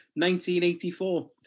1984